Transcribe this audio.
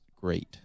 great